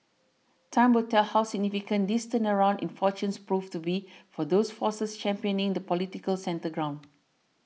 time will tell how significant this turnaround in fortunes proves to be for those forces championing the political centre ground